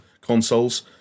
consoles